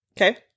Okay